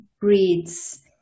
breeds